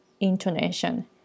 intonation